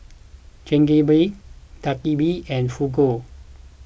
Chigenabe Dak Galbi and Fugu